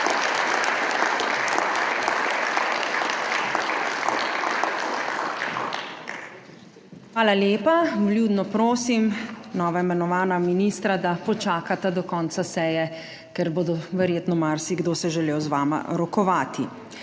Hvala lepa. Vljudno prosim novoimenovana ministra, da počakata do konca seje, ker bo verjetno marsikdo se želel z vama rokovati.